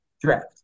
draft